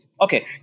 okay